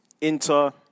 Inter